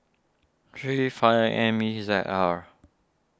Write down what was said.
three five M E Z R